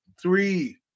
three